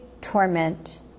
torment